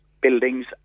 buildings